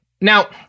Now